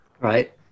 Right